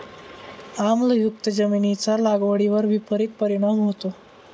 आम्लयुक्त जमिनीचा लागवडीवर विपरीत परिणाम होतो